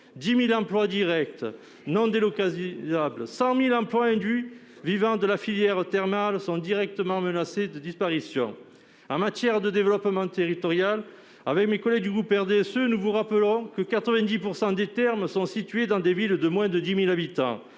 10 000 emplois directs non délocalisables et 100 000 emplois induits par la filière thermale sont directement menacés de disparition. En matière de développement territorial, mes collègues du groupe RDSE et moi-même vous rappelons, mes chers collègues, que 90 % des thermes sont situés dans des villes de moins de 10 000 habitants.